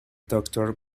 doctor